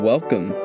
Welcome